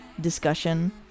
discussion